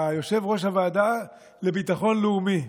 יושב-ראש הוועדה לביטחון לאומי,